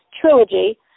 trilogy